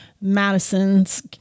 Madison's